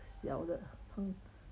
小的很